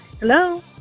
Hello